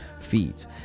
feeds